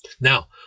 Now